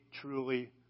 truly